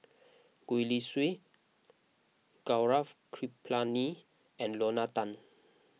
Gwee Li Sui Gaurav Kripalani and Lorna Tan